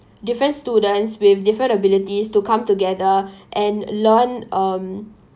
different students with different abilities to come together and learn um